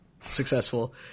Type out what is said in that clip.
successful